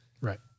Right